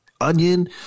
onion